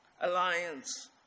alliance